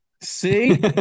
see